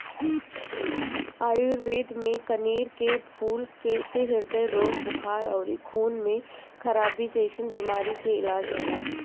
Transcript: आयुर्वेद में कनेर के फूल से ह्रदय रोग, बुखार अउरी खून में खराबी जइसन बीमारी के इलाज होला